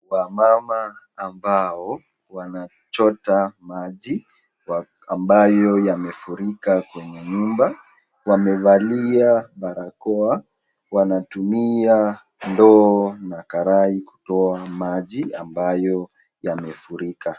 Wamama ambao wanachota maji ambayo yamefurika kwenye nyumba. Wamevalia barakoa, wanatumia ndoo na karai kutoa maji ambayo yamefurika.